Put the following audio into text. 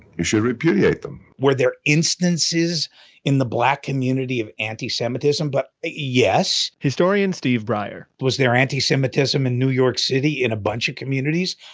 you should repudiate them were there instances in the black community of anti-semitism? but yes historian steve brier was there anti-semitism in new york city in a bunch of communities?